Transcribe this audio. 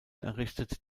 errichtet